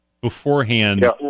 beforehand